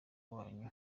wanyu